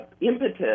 impetus